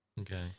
Okay